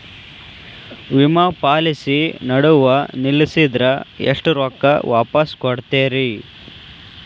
ವಿಮಾ ಪಾಲಿಸಿ ನಡುವ ನಿಲ್ಲಸಿದ್ರ ಎಷ್ಟ ರೊಕ್ಕ ವಾಪಸ್ ಕೊಡ್ತೇರಿ?